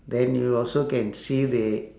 then you also can see the